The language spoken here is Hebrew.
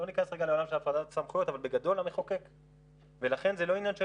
לא ניכנס לעולם של הפרדת סמכויות ולכן זה לא עניין של